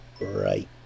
right